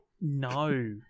No